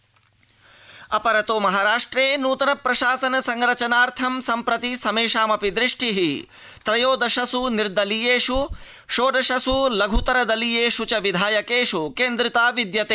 महाराष्ट्रम लघतरदलानि अपरतो महाराष्ट्रे नूतन प्रशासन संरचनार्थ सम्प्रति समेषामपि दृष्टि त्रयोदशस् निर्दलीयेष् षोडशस् लघ्तर दलीयेष् च विधायकेष् केन्द्रिता विद्यते